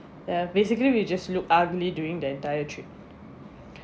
ya basically we just look ugly during the entire trip